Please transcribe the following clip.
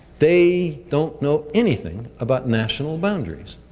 they don't know anything about national boundaries.